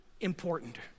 important